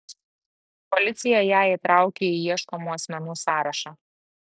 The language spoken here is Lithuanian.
policija ją įtraukė į ieškomų asmenų sąrašą